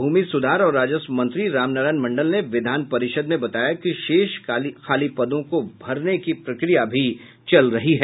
भूमि सुधार और राजस्व मंत्री रामनारायण मंडल ने विधान परिषद में बताया कि शेष खाली पदों को भरने की भी प्रक्रिया चल रही है